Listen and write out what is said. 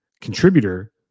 contributor